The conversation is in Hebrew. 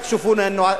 רק: שופונו,